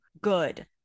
good